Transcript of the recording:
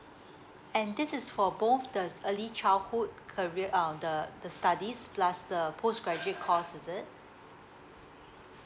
and this is for both the early childhood career um the the studies plus the postgraduate course is it